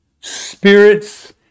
spirits